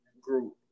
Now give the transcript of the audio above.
group